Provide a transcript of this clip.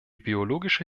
biologische